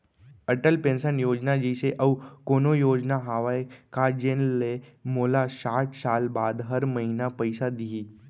Atal pension योजना जइसे अऊ कोनो योजना हावे का जेन ले मोला साठ साल बाद हर महीना पइसा दिही?